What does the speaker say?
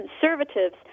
Conservatives